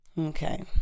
Okay